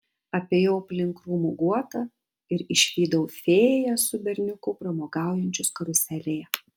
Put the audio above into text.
apėjau aplink krūmų guotą ir išvydau fėją su berniuku pramogaujančius karuselėje